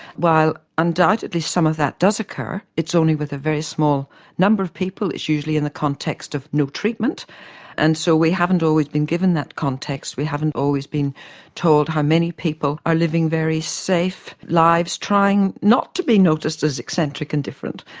while undoubtedly some of that does occur it's only with a very small number of people and it's usually in the context of no treatment and so we haven't always been given that context, we haven't always been told how many people are living very safe lives, trying not to be noticed as eccentric and different.